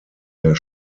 der